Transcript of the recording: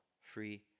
free